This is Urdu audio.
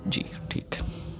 جی ٹھیک ہے